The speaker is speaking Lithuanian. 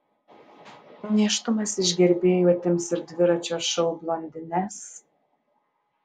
nėštumas iš gerbėjų atims ir dviračio šou blondines